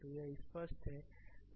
तो यह स्पष्ट है